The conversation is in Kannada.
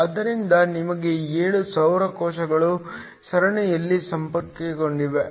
ಆದ್ದರಿಂದ ನಮಗೆ 7 ಸೌರ ಕೋಶಗಳು ಸರಣಿಯಲ್ಲಿ ಸಂಪರ್ಕಗೊಂಡಿವೆ